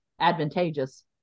advantageous